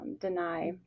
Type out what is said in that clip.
deny